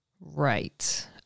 Right